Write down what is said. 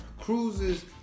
Cruises